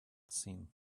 seen